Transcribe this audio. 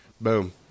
Boom